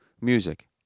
music